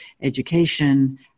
education